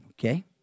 Okay